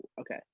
Okay